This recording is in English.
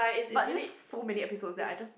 but it's just so many episodes that I just